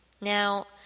Now